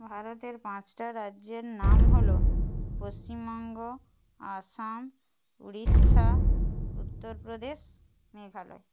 ভারতের পাঁচটা রাজ্যের নাম হল পশ্চিমবঙ্গ আসাম উড়িষ্যা উত্তর প্রদেশ মেঘালয়